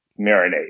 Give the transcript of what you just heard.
marinate